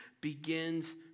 begins